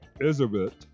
Elizabeth